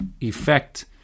effect